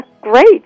Great